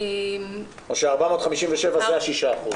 או ש-457, זה השישה אחוזים.